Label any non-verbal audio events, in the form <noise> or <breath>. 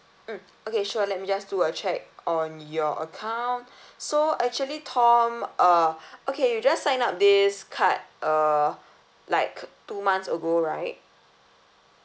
mm okay sure let me just do a check on your account <breath> so actually tom uh okay you just sign up this card uh like two months ago right